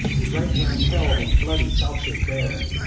his right hand held his bloody falchion bare,